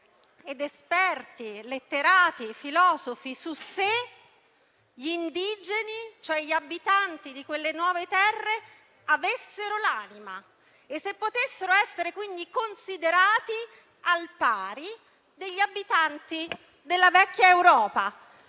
si interroga sulla questione se gli indigeni, cioè gli abitanti di quelle nuove terre, avessero l'anima e se potessero essere, quindi, considerati al pari degli abitanti della vecchia Europa.